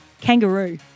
Kangaroo